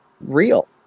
real